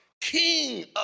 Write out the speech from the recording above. King